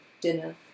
dinner